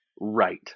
right